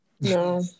No